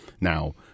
Now